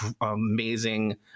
amazing